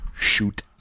Shoot